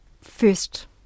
first